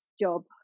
job